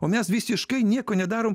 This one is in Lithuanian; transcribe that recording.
o mes visiškai nieko nedarom